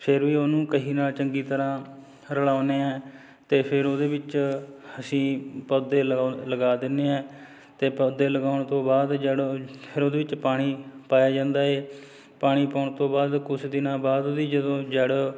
ਫਿਰ ਵੀ ਉਹਨੂੰ ਕਹੀ ਨਾਲ ਚੰਗੀ ਤਰ੍ਹਾਂ ਰਲਾਉਦੇ ਹਾਂ ਅਤੇ ਫਿਰ ਉਹਦੇ ਵਿੱਚ ਅਸੀਂ ਪੌਦੇ ਲਗੋ ਲਗਾ ਦਿੰਦੇ ਹਾਂ ਅਤੇ ਪੌਦੇ ਲਗਾਉਣ ਤੋਂ ਬਾਅਦ ਜਦੋਂ ਫਿਰ ਉਹਦੇ ਵਿੱਚ ਪਾਣੀ ਪਾਇਆ ਜਾਂਦਾ ਹੈ ਪਾਣੀ ਪਾਉਣ ਤੋਂ ਬਾਅਦ ਕੁਛ ਦਿਨਾਂ ਬਾਅਦ ਉਹਦੀ ਜਦੋਂ ਜੜ